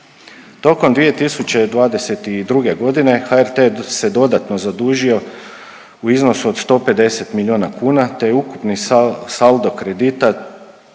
Tokom 2022. godine HRT se dodatno zadužio u iznosu od 150 miliona kuna te je ukupni saldo kredita